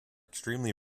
extremely